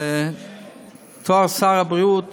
בתור שר הבריאות